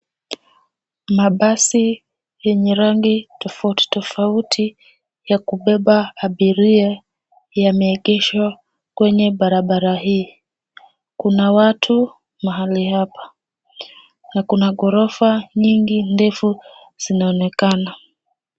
Mabasi yenye rangi tofauti tofauti ya kubeba abiria yameegeshwa kwenye barabara hii. Kuna watu mahali hapa na kuna ghorofa nyingi ndefu zinaonekana.